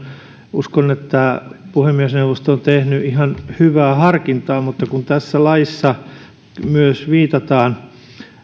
uskon että puhemiesneuvosto on tehnyt ihan hyvää harkintaa mutta kun tässä laissa myös viitataan